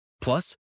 Plus